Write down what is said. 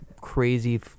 crazy